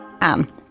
Anne